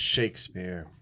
Shakespeare